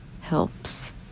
helps